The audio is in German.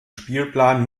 spielplan